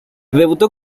debutó